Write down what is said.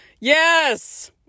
yes